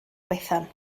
bethan